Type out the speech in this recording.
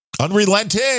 unrelenting